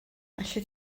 allet